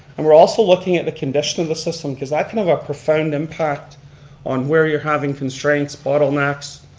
and we're also looking at the condition of the system, cause that can have a profound impact on where you're having constraints, bottlenecks,